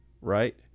right